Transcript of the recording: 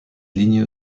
ligne